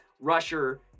rusher